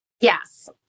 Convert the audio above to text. yes